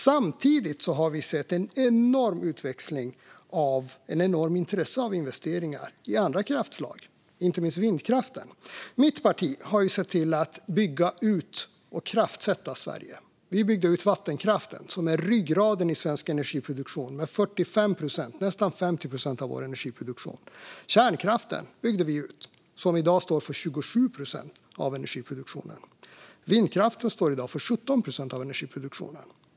Samtidigt har vi sett ett enormt intresse för investeringar i andra kraftslag, inte minst vindkraft. Mitt parti har sett till att bygga ut och kraftsätta Sverige. Vi byggde ut vattenkraften, som är ryggraden i svensk energiproduktion med 45 procent - nästan 50 procent - av Sveriges energiproduktion. Vi byggde också ut kärnkraften, som i dag står för 27 procent av energiproduktionen. Vindkraften står i dag för 17 procent av energiproduktionen.